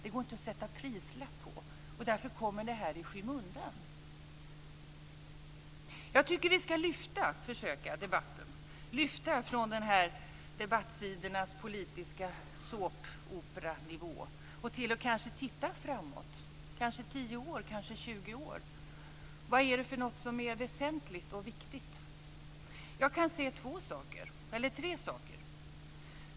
Det går inte att sätta en prislapp på det. Därför kommer det här i skymundan. Jag tycker att vi ska försöka lyfta debatten från debattsidornas politiska såpoperanivå så att vi tittar framåt, kanske 10 eller 20 år. Vad är det som är väsentligt och viktigt? Jag kan se tre frågor.